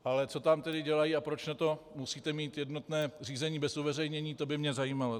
Ale co tam tedy dělají a proč na to musíte mít jednotné řízení bez uveřejnění, to by mě zajímalo.